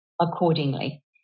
accordingly